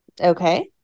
okay